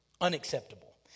unacceptable